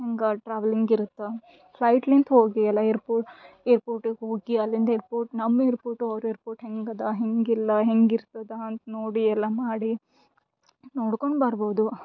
ಹೀಗೆ ಟ್ರಾವೆಲಿಂಗ್ ಇರುತ್ತೆ ಫ್ಲೈಟ್ಲಿಂತ ಹೋಗಿ ಎಲ್ಲ ಏರ್ಪೋ ಏರ್ಪೋರ್ಟಿಗೆ ಹೋಗಿ ಅಲ್ಲಿಂದ ಏರ್ಪೋರ್ಟ್ ನಮ್ಮ ಏರ್ಪೋರ್ಟು ಅವ್ರ ಏರ್ಪೋರ್ಟ್ ಹೇಗದಾ ಹೇಗಿಲ್ಲ ಹೇಗಿರ್ತದ ಅಂತ ನೋಡಿ ಎಲ್ಲ ಮಾಡಿ ನೋಡ್ಕೊಂಡು ಬರ್ಬೋದು